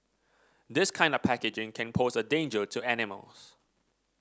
this kind of packaging can pose a danger to animals